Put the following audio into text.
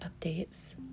updates